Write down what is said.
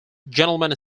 gentlemen